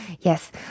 Yes